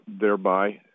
thereby